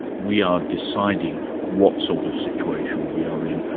we are deciding what sort of situation we are in,